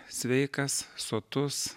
sveikas sotus